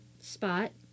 spot